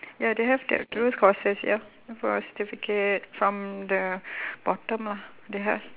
ya they have that courses yup for a certificate from the bottom ah they have